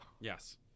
Yes